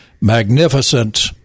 magnificent